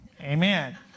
Amen